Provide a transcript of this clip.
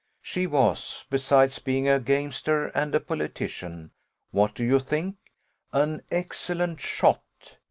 she was, besides being a gamester and a politician what do you think an excellent shot!